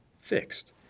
fixed